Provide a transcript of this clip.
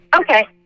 Okay